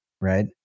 right